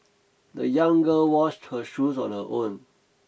the young girl washed her shoes on her own